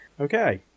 Okay